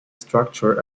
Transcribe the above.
structure